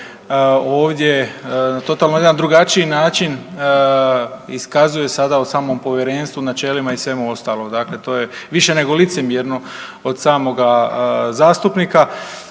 totalno na jedan drugačiji način iskazuje sada o samom povjerenstvu, načelima i svemu ostalom. Dakle, to je više nego licemjerno od samoga zastupnika,